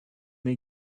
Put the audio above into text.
then